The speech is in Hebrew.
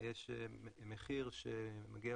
יש מחיר שמגיע